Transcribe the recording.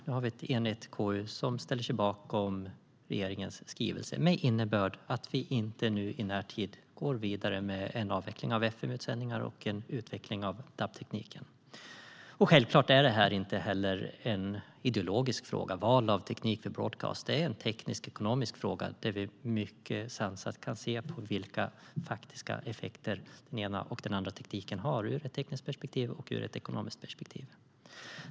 Nu har vi ett enigt KU som ställer sig bakom regeringens skrivelse med innebörd att vi inte i närtid går vidare med en avveckling av fm-utsändningar och en utveckling av DAB-tekniken. Självklart är inte heller val av teknik för broadcast en ideologisk fråga. Det är en teknisk och ekonomisk fråga där vi mycket sansat kan se på vilka faktiska effekter den ena och den andra tekniken har ur ett tekniskt och ett ekonomiskt perspektiv.